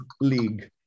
league